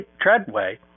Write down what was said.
Treadway